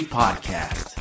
podcast